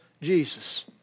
Jesus